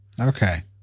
Okay